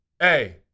hey